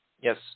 Yes